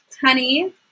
honey